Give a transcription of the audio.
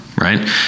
right